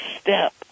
step